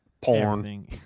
porn